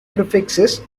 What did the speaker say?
prefixes